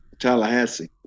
Tallahassee